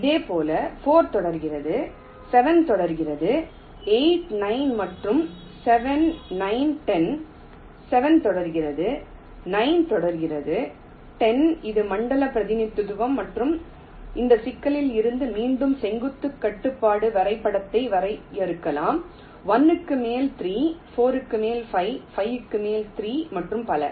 இதேபோல் 4 தொடர்கிறது 7 தொடர்கிறது 8 9 மற்றும் 7 9 10 7 தொடர்கிறது 9 தொடர்கிறது 10 இது மண்டல பிரதிநிதித்துவம் மற்றும் இந்த சிக்கலில் இருந்து மீண்டும் செங்குத்து கட்டுப்பாட்டு வரைபடத்தை வரையறுக்கலாம் 1 க்கு மேல் 3 4 மேலே 5 5 மேலே 3 மற்றும் பல